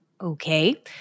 Okay